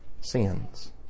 sins